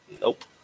nope